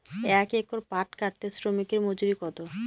এক একর পাট কাটতে শ্রমিকের মজুরি কত?